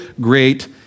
great